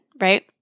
right